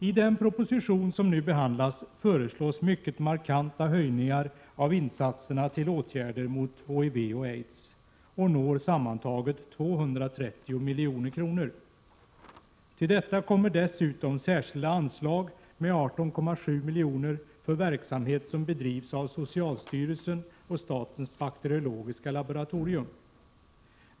I den proposition som vi nu behandlar föreslås mycket markanta höjningar av insatserna till åtgärder mot HIV och aids, sammantaget 230 milj.kr. Till detta kommer dessutom särskilda anslag på 18,7 milj.kr. för verksamhet som bedrivs av socialstyrelsen och statens bakteriologiska laboratorium.